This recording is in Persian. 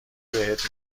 بهت